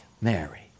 Mary